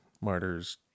martyrs